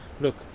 look